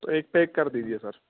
تو ایک پیک کر دیجیے سر